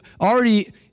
already